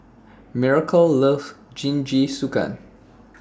Miracle loves Jingisukan